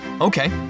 Okay